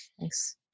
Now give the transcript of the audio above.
Thanks